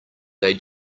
they